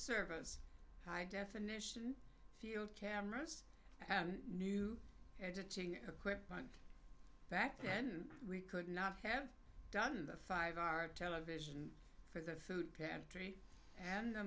service high definition field cameras new editing equipment back then we could not have done the five hour television for the food pantry and